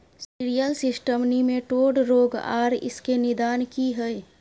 Cereal system nematode रोग आर इसके निदान की हय?